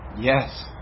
Yes